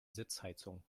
sitzheizung